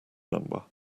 number